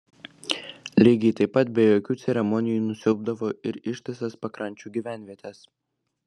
lygiai taip pat be jokių ceremonijų nusiaubdavo ir ištisas pakrančių gyvenvietes